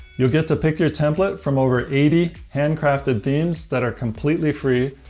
you'll get to pick your template from over eighty hand-crafted themes, that are completely free.